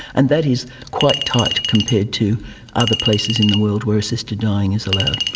and that is quite tight compared to other places in the world where assisted dying is allowed.